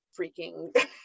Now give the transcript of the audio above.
freaking